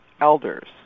elders